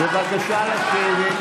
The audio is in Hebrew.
בבקשה לשבת.